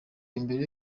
mbere